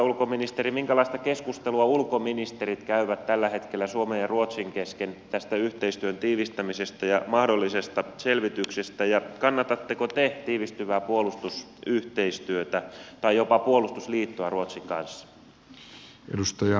minkälaista keskustelua ulkoministerit käyvät tällä hetkellä suomen ja ruotsin kesken tästä yhteistyön tiivistämisestä ja mahdollisesta selvityksestä ja kannatatteko te tiivistyvää puolustusyhteistyötä tai jopa puolustusliittoa ruotsin kanssa